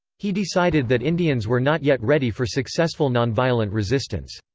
he decided that indians were not yet ready for successful nonviolent resistance.